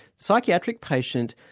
psychiatric patient,